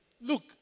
Look